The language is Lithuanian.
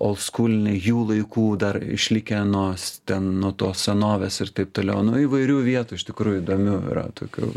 olskūlniai jų laikų dar išlikę no ten nuo tos senovės ir taip toliau nu įvairių vietų iš tikrųjų įdomių yra tokių